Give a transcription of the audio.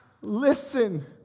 listen